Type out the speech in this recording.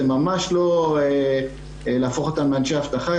זה ממש לא להפוך אותם לאנשים אבטחה,